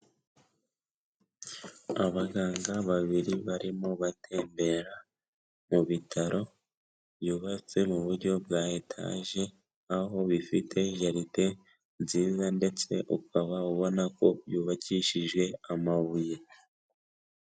Abaganga babiri barimo batembera mu bitaro byubatse mu buryo bwa etage aho bifite jaride nziza ndetse ukaba ubona ko byubakishije amabuye.